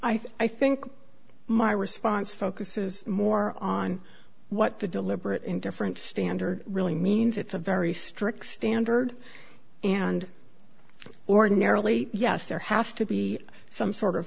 him i think my response focuses more on what the deliberate and different standard really means it's a very strict standard and ordinarily yes there has to be some sort of